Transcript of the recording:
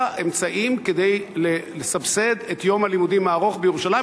אמצעים כדי לסבסד את יום הלימודים הארוך בירושלים,